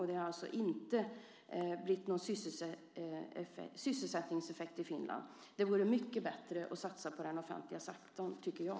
Det har alltså inte blivit någon sysselsättningseffekt i Finland. Det vore mycket bättre att satsa på den offentliga sektorn, tycker jag.